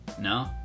No